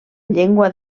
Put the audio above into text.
llengua